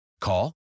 Call